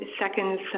seconds